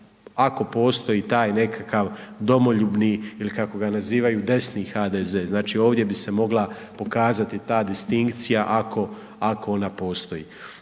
ako postoji taj nekakav domoljubni ili kako ga nazivaju desni HDZ, znači, ovdje bi se mogla pokazati ta distinkcija ako ona postoji.